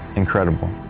incredible.